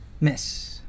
Miss